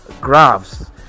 graphs